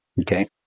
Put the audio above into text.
okay